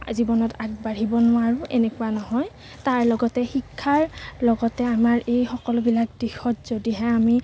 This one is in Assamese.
জীৱনত আগবাঢ়িব নোৱাৰোঁ এনেকুৱা ন'হয় তাৰ লগতে শিক্ষাৰ লগতে আমাৰ এই সকলোবিলাক দিশত যদিহে আমি